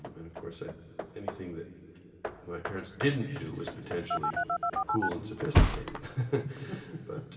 and of course ah anything that my parents didn't do was potentially cool and sophisticated but